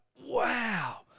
wow